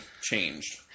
changed